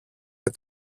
και